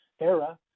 era